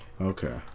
Okay